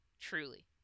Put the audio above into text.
truly